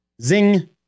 Zing